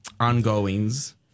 Ongoings